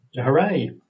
hooray